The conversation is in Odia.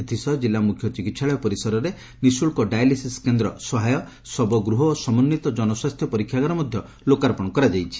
ଏଥିସହ ଜିଲ୍ଲା ମୁଖ୍ୟ ଚିକିହାଳୟ ପରିସରରେ ନିଃଶୁଳ୍କ ଡାୟାଲିସିସ୍ କେନ୍ଦ୍ର ସହାୟ ଶବ ଗୃହ ଓ ସମନ୍ୱିତ ଜନସ୍ୱାସ୍ଥ୍ୟ ପରୀକ୍ଷାଗାର ମଧ ଲୋକାର୍ପଣ କରାଯାଇଛି